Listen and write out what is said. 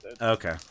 Okay